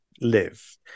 live